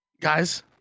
Guys